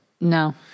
No